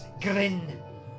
grin